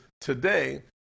today